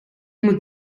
moet